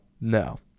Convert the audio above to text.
No